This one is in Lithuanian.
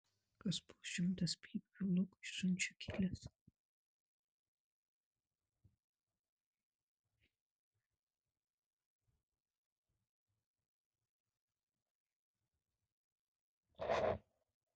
kas po šimtas pypkių lukui siunčia gėles